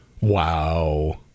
Wow